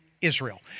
Israel